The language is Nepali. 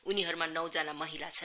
उनीहरूमा नौजना महिला छन्